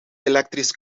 elektrisch